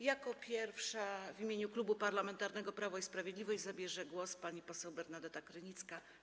Jako pierwsza w imieniu Klubu Parlamentarnego Prawo i Sprawiedliwość zabierze głos pani poseł Bernadeta Krynicka.